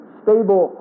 stable